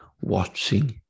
watching